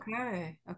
okay